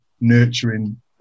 nurturing